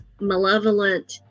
malevolent